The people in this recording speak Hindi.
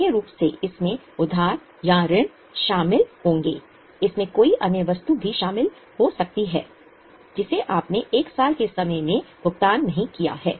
मुख्य रूप से इसमें उधार या ऋण शामिल होंगे इसमें कोई अन्य वस्तु भी शामिल हो सकती है जिसे आपने 1 साल के समय में भुगतान नहीं किया है